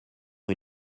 eut